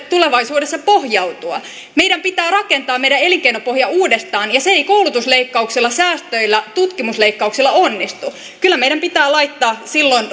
tulevaisuudessa pohjautua meidän pitää rakentaa meidän elinkeinopohja uudestaan ja se ei koulutusleikkauksella säästöillä tutkimusleikkauksella onnistu kyllä meidän pitää laittaa silloin